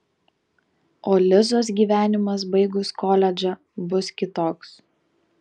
o lizos gyvenimas baigus koledžą bus kitoks